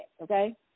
Okay